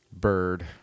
Bird